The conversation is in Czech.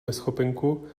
neschopenku